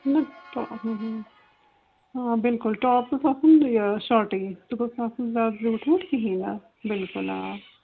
نہ آ بلکُل ٹاپ گوٚژھ آسُن یہِ شارٹٕے سُہ گوٚژھ نہٕ آسُن زیادٕ زیوٗٹھ ویوٗٹھ کِہیٖنۍ نہٕ بلکُل آ